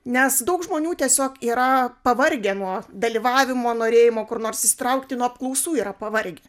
nes daug žmonių tiesiog yra pavargę nuo dalyvavimo norėjimo kur nors įsitraukti nuo apklausų yra pavargę